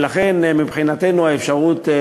ולכן מבחינתנו האפשרות,